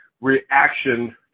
reaction